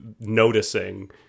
noticing